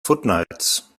footnotes